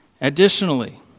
Additionally